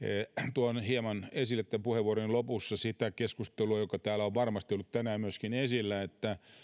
tuon hieman esille tämän puheenvuoroni lopussa sitä keskustelua joka täällä on varmasti ollut tänään myöskin esillä että